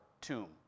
tomb